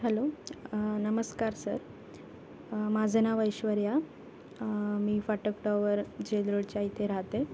hello नमस्कार sir माझं नाव ऐश्वर्या मी फाटक टावर जेलरोडच्या इथे राहते